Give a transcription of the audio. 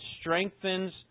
strengthens